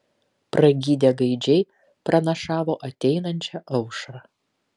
pragydę gaidžiai pranašavo ateinančią aušrą